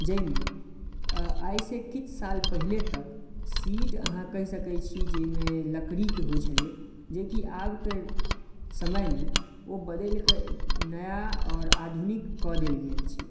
जाहिमे आइसँ किछु साल पहिले तक सीट अहाँ कहि सकैत छी जाहिमे लकड़ीके होइत छलै जेकि आबके समयमे ओ बदलि कऽ नया आओर आधुनिक कऽ देल गेल छै